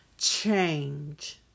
change